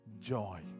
joy